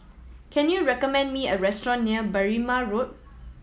can you recommend me a restaurant near Berrima Road